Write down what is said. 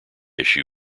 issue